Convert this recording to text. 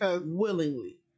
willingly